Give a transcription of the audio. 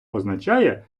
означає